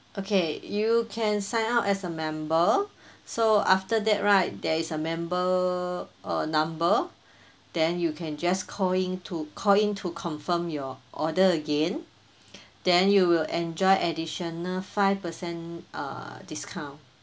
okay you can sign up as a member so after that right there is a member uh number then you can just call in to call in to confirm your order again then you will enjoy additional five percent uh discount